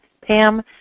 Pam